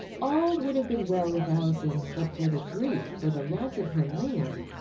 all would have been well with alison, but for the grief for the loss of her lamp.